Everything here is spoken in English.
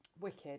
wicked